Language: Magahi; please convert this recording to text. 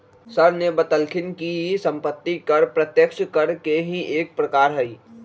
सर ने बतल खिन कि सम्पत्ति कर प्रत्यक्ष कर के ही एक प्रकार हई